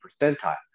percentile